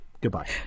goodbye